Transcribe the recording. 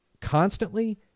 constantly